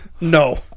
No